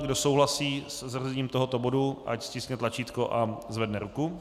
Kdo souhlasí se zařazením tohoto bodu, ať stiskne tlačítko a zvedne ruku.